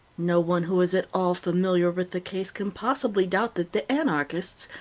no one who is at all familiar with the case can possibly doubt that the anarchists,